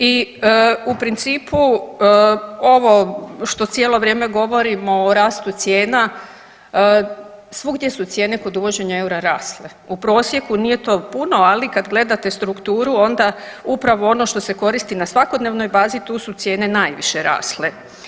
I u principu ovo što cijelo vrijeme govorimo o rastu cijena, svugdje su cijene kod uvođenja eura rasle, u prosjeku nije to puno, ali kad gledate strukturu onda upravo ono što se koristi na svakodnevnoj bazi tu su cijene najviše rasle.